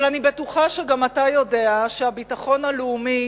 אבל אני בטוחה שגם אתה יודע שהביטחון הלאומי